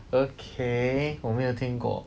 okay 我没有听过